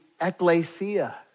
ecclesia